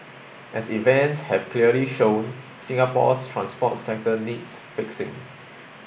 as events have clearly shown Singapore's transport sector needs fixing